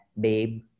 babe